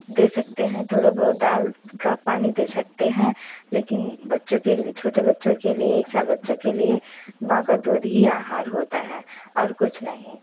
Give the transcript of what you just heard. दे सकते हैं थोड़ा बहुत दाल का पानी दे सकते हैं लेकिन बच्चों के लिए छोटे बच्चों के लिए एक साल बच्चों के लिए माँ का दूध ही आहार होता है और कुछ नहीं